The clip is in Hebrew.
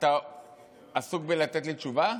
אתה עסוק בלתת לי תשובה?